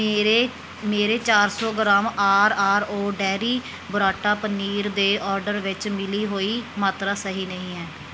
ਮੇਰੇ ਮੇਰੇ ਚਾਰ ਸੌ gram R R O dairy burrata paneer ਦੇ ਓਰਡਰ ਵਿੱਚ ਮਿਲੀ ਹੋਈ ਮਾਤਰਾ ਸਹੀ ਨਹੀਂ ਹੈ